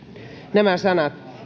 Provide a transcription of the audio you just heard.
nämä sanat